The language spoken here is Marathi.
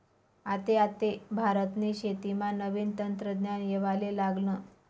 आते आते भारतनी शेतीमा नवीन तंत्रज्ञान येवाले लागनं